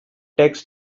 texts